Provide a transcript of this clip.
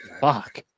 Fuck